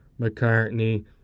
McCartney